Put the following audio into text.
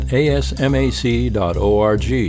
asmac.org